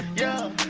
yeah,